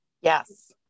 Yes